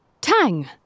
Tang